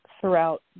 throughout